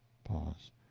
pause.